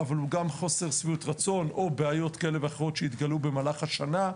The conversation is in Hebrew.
אבל גם חוסר שביעת רצון או בעיות כאלו ואחרות שהתגלו במהלך השנה.